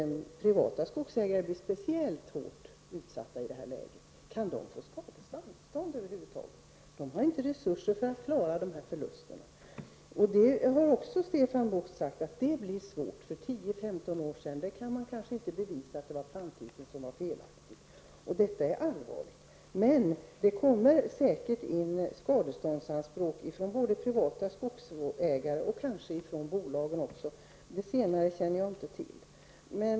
Privata skogsägare blir särskilt hårt utsatta i detta läge. Kan de över huvud taget få skadestånd? De har inte resurser att klara dessa förluster. Stefan Bucht säger att det kan bli svårt. Om plantan planterades för 10--15 år sedan kan man kanske inte bevisa att planttypen var felaktig. Detta är allvarligt. Men det kommer säkert in skadeståndsanspråk från privata skogsägare och kanske även från bolagen. Det senare känner jag inte till.